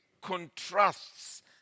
contrasts